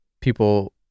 people